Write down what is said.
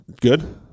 good